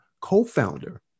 co-founder